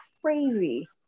crazy